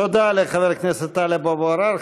תודה לחבר הכנסת טלב אבו עראר.